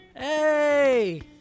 Hey